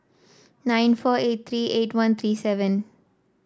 nine four eight three eight one three seven